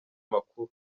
amakuru